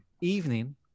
evening